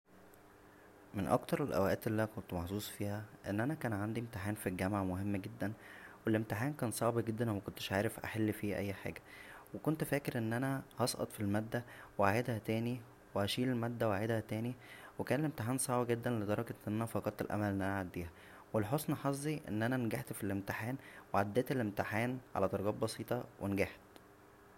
من اكتر الاوقات اللى انا كنت محظوظ فيها ان انا كان عندى امتحان فالجامعه مهم جدا و الامتحان كان صعب جدا ومكنتش عارف احل فيه اى حاجه و كنت فاكر ان انا هسقط فالماده وهعيدها تانى و هشيل المادة و اعيدها تانى و كان الامتحان صعب جدا لدرجة ان انا فقدت الامل ان انا اعديها و لحسن حظى ان انا نجحت فالامتحان و عديت الامتحان على درجات بسيطه ونجحت